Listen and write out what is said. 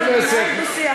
ננהל דו-שיח,